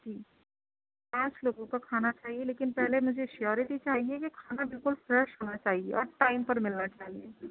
جی پانچ لوگوں کا کھانا چاہیے لیکن پہلے مجھے شیوریٹی چاہیے کہ کھانا بالکل فریش ہونا چاہیے اور ٹائم پر ملنا چاہیے